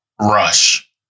rush